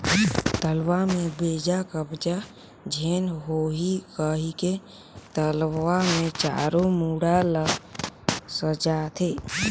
तलवा में बेजा कब्जा झेन होहि कहिके तलवा मे चारों मुड़ा ल सजाथें